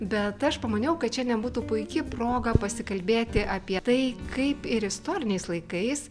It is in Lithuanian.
bet aš pamaniau kad šiandien būtų puiki proga pasikalbėti apie tai kaip ir istoriniais laikais